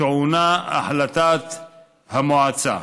טעונה החלטת המועצה.